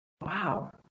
Wow